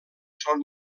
són